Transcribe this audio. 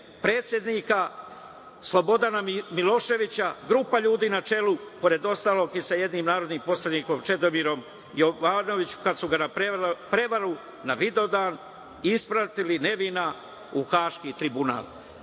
predsednika Slobodana Miloševića grupa ljudi na čelu, pored ostalog, i sa jednim narodnim poslanikom Čedomirom Jovanovićem, kad su ga na prevaru na Vidovdan ispratili nevina u Haški tribunal. Voleo